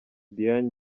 diane